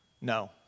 No